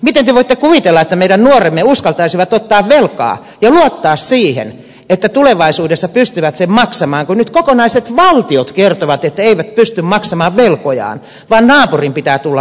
miten te voitte kuvitella että meidän nuoremme uskaltaisivat ottaa velkaa ja luottaa siihen että tulevaisuudessa pystyvät sen maksamaan kun nyt kokonaiset valtiot kertovat että eivät pysty maksamaan velkojaan vaan naapurin pitää tulla maksamaan